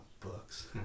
books